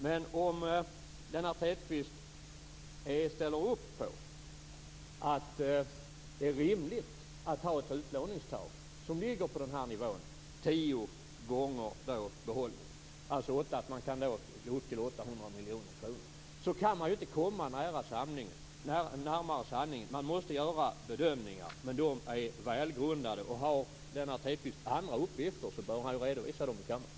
Men om Lennart Hedquist ställer upp på att det är rimligt att ha ett utlåningstak som ligger på den här nivån, dvs. tio gånger behållningen vilket gör att man kan gå upp till 800 miljoner kronor, så är vi så nära sanningen som vi kan vara. Man måste göra bedömningar, men de är välgrundade. Har Lennart Hedquist andra uppgifter så bör han redovisa dem för kammaren.